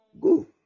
Go